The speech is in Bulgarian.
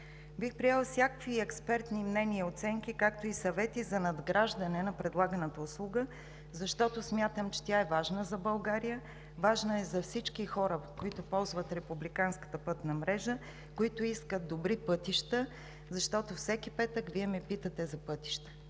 Бих приела всякакви експертни мнения и оценки, както и съвети за надграждане на предлаганата услуга, защото смятам, че тя е важна за България, важна е за всички хора, които ползват републиканската пътна мрежа, които искат добри пътища, защото всеки петък Вие ме питате за пътища.